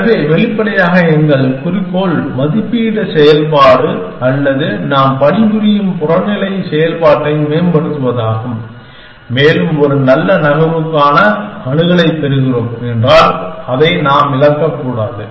எனவே வெளிப்படையாக எங்கள் குறிக்கோள் மதிப்பீட்டு செயல்பாடு அல்லது நாம் பணிபுரியும் புறநிலை செயல்பாட்டை மேம்படுத்துவதாகும் மேலும் ஒரு நல்ல நகர்வுக்கான அணுகலைப் பெறுகிறோம் என்றால் அதை நாம் இழக்கக்கூடாது